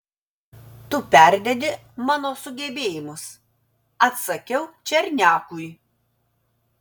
tu perdedi mano sugebėjimus atsakiau černiakui